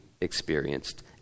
experienced